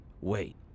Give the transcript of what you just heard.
Wait